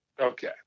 okay